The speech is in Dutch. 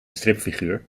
stripfiguur